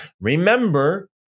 remember